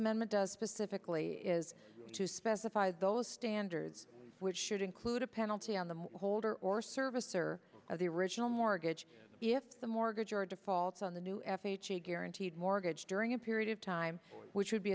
amendment does specifically is to specify those standards which should include a penalty on the holder or servicer of the original mortgage if the mortgage or defaults on the new f h a guaranteed mortgage during a period of time which would be